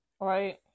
Right